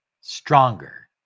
stronger